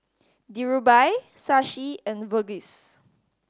Dhirubhai Shashi and Verghese